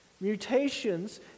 Mutations